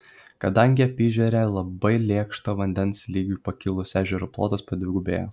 kadangi apyežerė labai lėkšta vandens lygiui pakilus ežero plotas padvigubėja